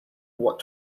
what